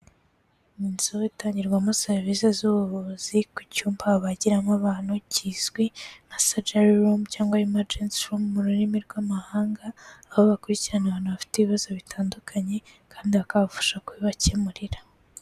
Inzu itangirwamo serivisi z'ubuvuzi, ku cyumba babagiramo abantu kizwi nka surgery room cyangwa emergency room mu rurimi rw'amahanga, aho bakurikirana abantu bafite ibibazo bitandukanye kandi bakabafasha kubibakemurira.